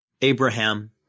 Abraham